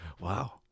Wow